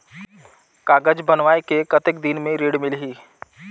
कागज बनवाय के कतेक दिन मे ऋण मिलही?